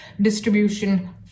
distribution